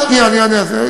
שנייה, אני אענה על זה.